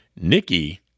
Nikki